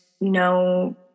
no